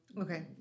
Okay